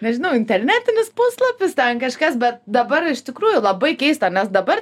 nežinau internetinis puslapis ten kažkas bet dabar iš tikrųjų labai keista nes dabar